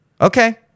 Okay